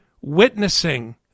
witnessing